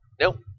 Nope